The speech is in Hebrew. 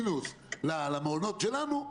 מינוס למעונות שלנו,